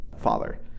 father